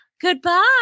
goodbye